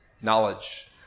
knowledge